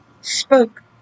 spoke